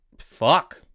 fuck